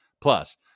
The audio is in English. Plus